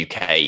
UK